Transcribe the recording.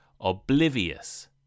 Oblivious